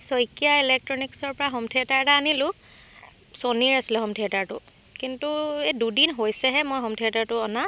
শইকীয়া ইলেক্ট্ৰনিক্সৰপৰা home theatre এটা আনিলোঁ ছনীৰ আছিলে হোম থিয়েটাৰটো কিন্তু এই দুদিন হৈছেহে মই হোম থিয়েটাৰটো অনা